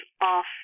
off